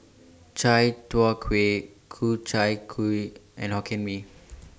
Chai Tow Kuay Ku Chai Kuih and Hokkien Mee